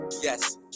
Yes